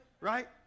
right